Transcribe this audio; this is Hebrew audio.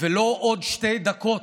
ולא עוד שתי דקות.